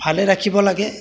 ভালে ৰাখিব লাগে